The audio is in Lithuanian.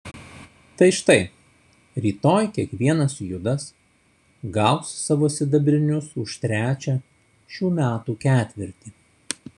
tai štai rytoj kiekvienas judas gaus savo sidabrinius už trečią šių metų ketvirtį